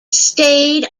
stayed